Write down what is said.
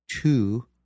two